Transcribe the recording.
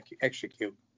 execute